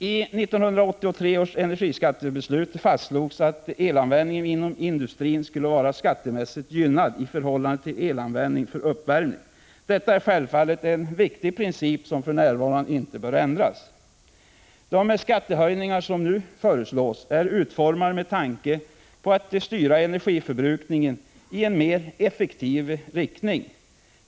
I 1983 års energiskattebeslut fastslogs att elanvändningen inom industrin skulle vara skattemässigt gynnad i förhållande till användningen för uppvärmning. Detta är självfallet en viktig princip, som för närvarande inte bör ändras. De förslag till skattehöjningar som nu föreligger är utformade med tanke på att styra energiförbrukningen i en mer effektiv riktning.